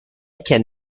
can